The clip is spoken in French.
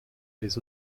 les